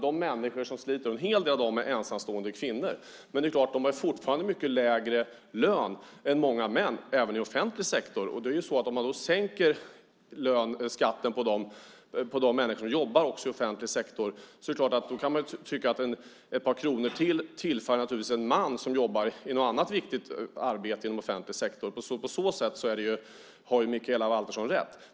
Vi ser de människor som sliter, och en hel del av dem är ensamstående kvinnor. Men det är klart att de fortfarande har mycket lägre lön än många män, även i offentlig sektor. Om man sänker skatten för de människor som jobbar i offentlig sektor kan man tycka att ett par kronor till naturligtvis tillfaller en man som jobbar i något annat arbete i offentlig sektor. På så sätt har Mikaela Valtersson rätt.